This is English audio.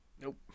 Nope